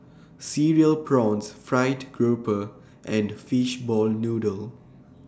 Cereal Prawns Fried Grouper and Fishball Noodle